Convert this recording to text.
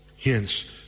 Hence